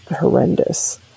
horrendous